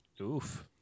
Oof